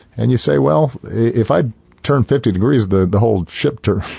and you say, well, if i turn fifty degrees the the hold shifter,